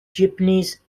jeepneys